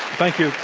thank you,